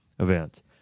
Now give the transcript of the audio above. events